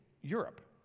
Europe